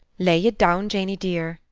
lay ye down, janey dear,